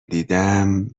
دیدم